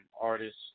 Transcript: artists